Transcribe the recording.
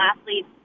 athletes